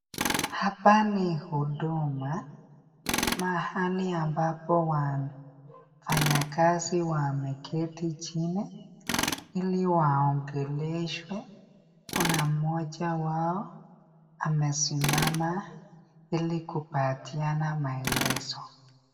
Hapa ni huduma, mahali ambapo wafanyikazi wameketi chini ili waongeleshwe, kuna mmoja wao amesimama ili kupataina maelezo.